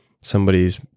somebody's